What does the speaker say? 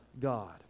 God